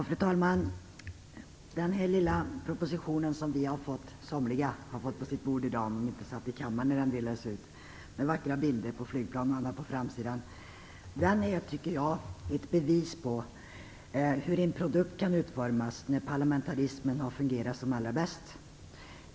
Fru talman! Den proposition med vackra bilder på flygplan på framsidan som somliga av oss har fått på sitt bord i dag är ett bevis på hur en produkt kan utformas när parlamentarismen har fungerat som allra bäst.